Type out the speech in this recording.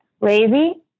lazy